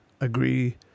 agree